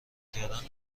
کردن